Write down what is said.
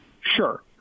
Sure